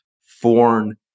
foreign